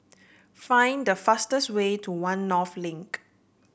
find the fastest way to One North Link